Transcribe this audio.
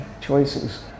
choices